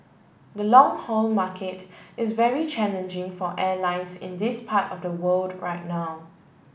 the long haul market is very challenging for airlines in this part of the world right now